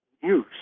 use